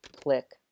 Click